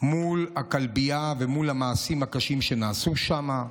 מול הכלבייה ומול המעשים הקשים שנעשו שם.